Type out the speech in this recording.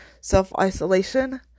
self-isolation